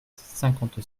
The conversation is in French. cinquante